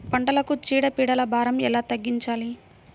పంటలకు చీడ పీడల భారం ఎలా తగ్గించాలి?